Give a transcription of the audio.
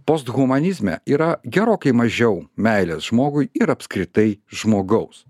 post humanizme yra gerokai mažiau meilės žmogui ir apskritai žmogaus